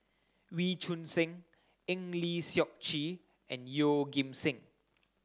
Wee Choon Seng Eng Lee Seok Chee and Yeoh Ghim Seng